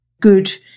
Good